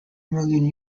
million